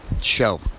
show